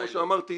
כמו שאמרתי,